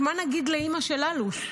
מה נגיד לאימא של אלוש?